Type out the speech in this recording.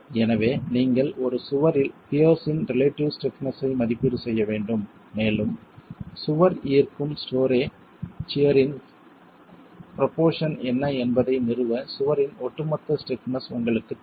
எனவே நீங்கள் ஒரு சுவரில் பியர்ஸ் இன் ரிலேட்டிவ் ஸ்டிப்னஸ் ஐ மதிப்பீடு செய்ய வேண்டும் மேலும் சுவர் ஈர்க்கும் ஸ்டோரே சியர் இன் ப்ரோபோர்சன் என்ன என்பதை நிறுவ சுவரின் ஒட்டுமொத்த ஸ்டிப்னஸ் உங்களுக்குத் தேவை